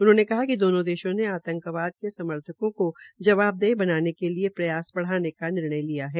उन्होंने कहा कि दोनों देशों ने आतंकवाद के समर्थकों को जवाबदेह बनाने के लिए प्रयास बढ़ाने का निर्णय लिया है